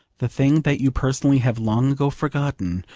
the thing that you personally have long ago forgotten,